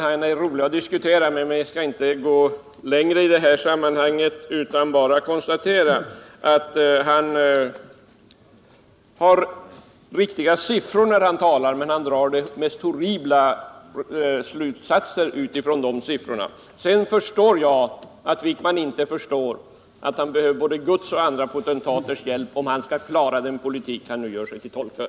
Han är rolig att diskutera med, men jag skall inte gå längre i detta sammanhang utan bara konstatera att han har riktiga siffror när han talar men att han drar de mest horribla slutsatser utifrån de siffrorna. Sedan förstår jag att Anders Wijkman inte förstår att han behöver både Guds och andra potentaters hjälp, om han skall klara den politik som han nu gör sig till tolk för.